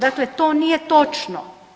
Dakle to nije točno.